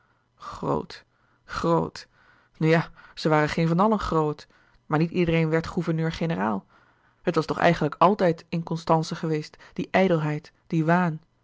grot nu ja ze waren geen van allen grot maar niet iedereen werd gouverneur-generaal het was toch eigenlijk altijd in constance geweest die ijdelheid die